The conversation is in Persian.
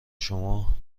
شما